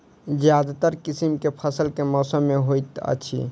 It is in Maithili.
ज्यादातर किसिम केँ फसल केँ मौसम मे होइत अछि?